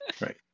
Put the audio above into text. right